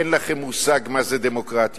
אין לכם מושג מה זה דמוקרטיה.